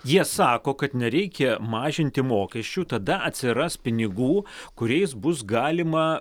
jie sako kad nereikia mažinti mokesčių tada atsiras pinigų kuriais bus galima